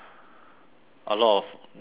a lot of nice goodies